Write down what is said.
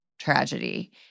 tragedy